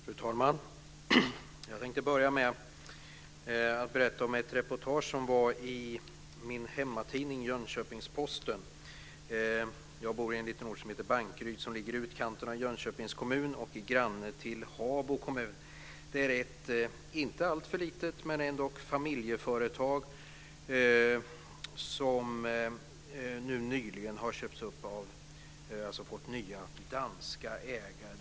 Fru talman! Jag tänkte börja med att berätta om ett reportage som var i min hemmatidning Jönköpings Posten. Jag bor i en ort som heter Bankeryd som ligger i utkanterna av Jönköpings kommun och är granne till Habo kommun. Där är ett inte alltför litet men ändock familjeföretag som nyligen har fått nya danska ägare.